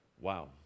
Wow